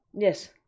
yes